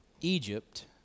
Egypt